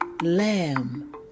Lamb